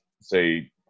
say